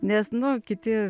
nes nu kiti